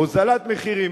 הוזלת מחירים,